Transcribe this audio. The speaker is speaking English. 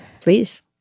Please